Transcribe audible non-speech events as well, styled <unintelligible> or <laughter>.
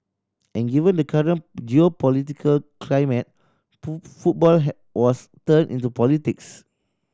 and given the current geopolitical climate <unintelligible> football <unintelligible> was turned into politics